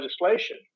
legislation